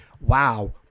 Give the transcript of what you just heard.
Wow